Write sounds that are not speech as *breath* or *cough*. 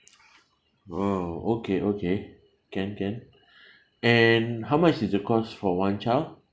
oh okay okay can can *breath* and how much is the cost for one child